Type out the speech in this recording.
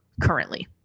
currently